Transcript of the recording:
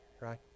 right